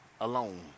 alone